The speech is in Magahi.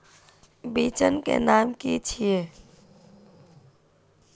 बिचन के नाम की छिये?